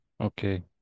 okay